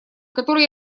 который